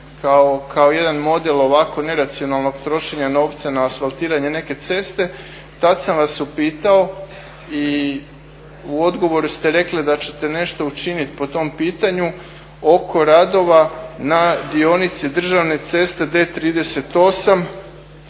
kao jedan model ovako neracionalnog trošenja novca na asfaltiranje neke ceste tada sam vas upitao i u odgovoru ste rekli da ćete nešto učiniti po tom pitanju oko radova na dionici državne ceste D38,